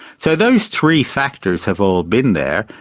so those three factors have all been there,